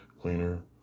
cleaner